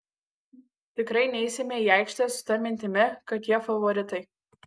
tikrai neisime į aikštę su ta mintimi kad jie favoritai